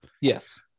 yes